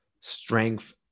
strength